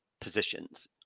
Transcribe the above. positions